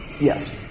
Yes